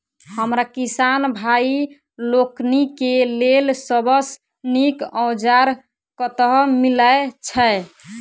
हमरा किसान भाई लोकनि केँ लेल सबसँ नीक औजार कतह मिलै छै?